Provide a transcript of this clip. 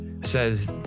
says